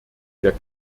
der